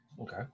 Okay